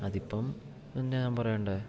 അതിപ്പം എന്നെ ഞാൻ പറയണ്ടേ